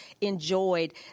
enjoyed